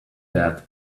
that